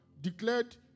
declared